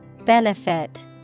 Benefit